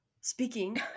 speaking